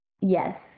yes